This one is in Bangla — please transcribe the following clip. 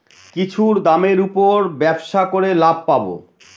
কিছুর দামের উপর ব্যবসা করে লাভ পাবো